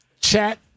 chat